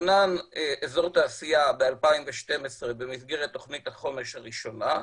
תוכנן אזור תעשייה ב-2012 במסגרת תוכנית החומש הראשונה,